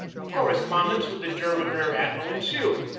a correspondence with the german rear-admiral ensued,